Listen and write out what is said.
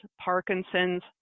Parkinson's